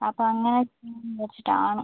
അപ്പം അങ്ങനെ ചെയ്യാമെന്ന് വിചാരിച്ചിട്ടാണ്